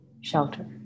shelter